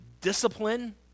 Discipline